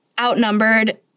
Outnumbered